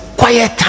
quiet